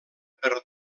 per